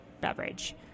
beverage